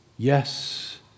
Yes